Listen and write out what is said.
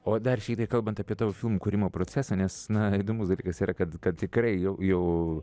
o dar šiaip tai kalbant apie tavo filmų kūrimo procesą nes na įdomus dalykas yra kad kad tikrai jau jau